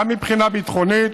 גם מבחינה ביטחונית,